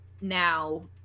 now